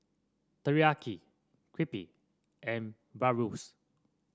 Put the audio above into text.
Teriyaki Crepe and Bratwurst